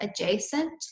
adjacent